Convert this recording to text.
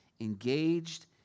engaged